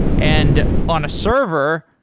and on a server,